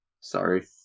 Sorry